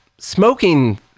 smoking